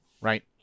right